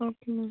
okay ma'am